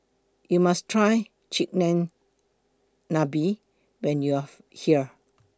YOU must Try Chigenabe when YOU Are here